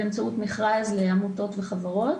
באמצעות מכרז לעמותות וחברות.